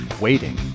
Waiting